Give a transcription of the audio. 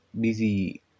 busy